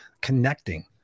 connecting